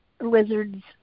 lizards